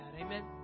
Amen